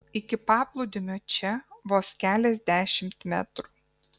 iki paplūdimio čia vos keliasdešimt metrų